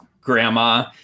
grandma